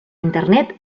internet